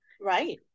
Right